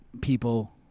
people